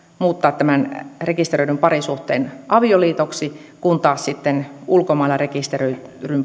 muuttaa tämän rekisteröidyn parisuhteen avioliitoksi kun taas ulkomailla rekisteröidyn